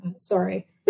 Sorry